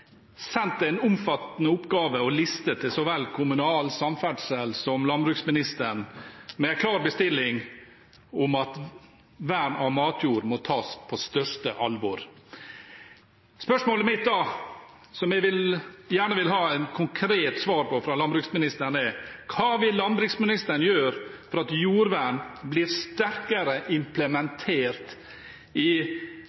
en omfattende oppgave og liste til kommunalministeren og samferdselsministeren så vel som til landbruksministeren med en klar bestilling om at vern av matjord må tas på største alvor. Spørsmålet mitt da, som jeg gjerne vil ha et konkret svar på fra landbruksministeren, er: Hva vil landbruksministeren gjøre for at jordvern blir sterkere